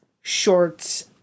shorts